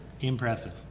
impressive